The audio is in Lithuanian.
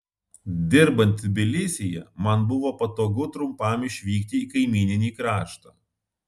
dirbant tbilisyje man buvo patogu trumpam išvykti į kaimyninį kraštą